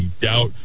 doubt